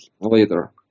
later